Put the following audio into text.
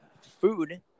food